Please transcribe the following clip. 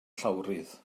llawrydd